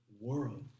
world